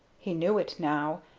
he knew it now,